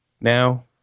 now